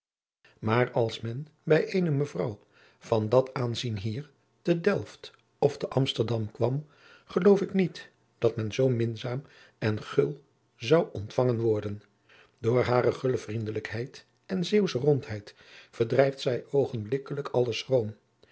maar als men bij eene mevrouw van dat aanzien hier te delft of te amsterdam kwam geloof ik niet dat adriaan loosjes pzn het leven van maurits lijnslager men zoo minzaam en gul zon ontvangen worden door hare gulle vriendelijkheid en zeeuwsche rondheid verdrijft zij oogenblikkelijk allen schroom